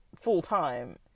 full-time